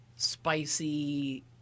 spicy